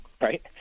right